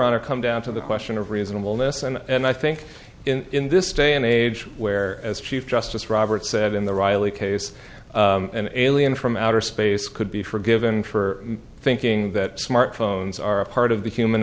honor come down to the question of reasonableness and i think in this day and age where as chief justice roberts said in the riley case an alien from outer space could be forgiven for thinking that smartphones are a part of the human